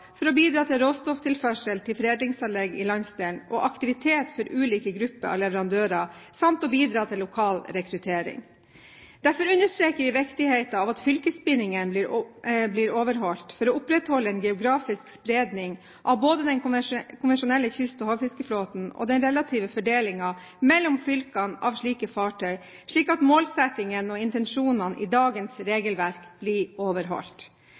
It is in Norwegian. for å bidra til råstofftilførsel til foredlingsanlegg i landsdelen og aktivitet for ulike grupper av leverandører samt å bidra til lokal rekruttering. Derfor understreker vi viktigheten av at fylkesbindingene blir overholdt for å opprettholde en geografisk spredning av både den konvensjonelle kyst- og havfiskeflåten og den relative fordelingen av slike fartøy mellom fylkene, slik at målsettingen og intensjonene i dagens regelverk blir overholdt.